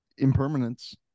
impermanence